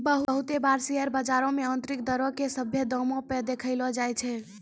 बहुते बार शेयर बजारो मे आन्तरिक दरो के सभ्भे दामो पे देखैलो जाय छै